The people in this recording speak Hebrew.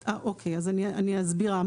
אוקיי, אז אני אסביר.